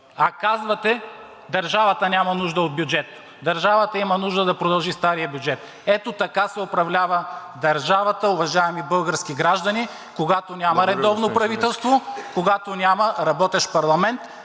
А казвате, че държавата няма нужда от бюджет – държавата има нужда да продължи стария бюджет. Ето така се управлява държавата, уважаеми български граждани, когато няма редовно правителство, когато няма работещ парламент,